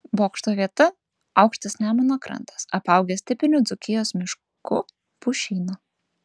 bokšto vieta aukštas nemuno krantas apaugęs tipiniu dzūkijos mišku pušynu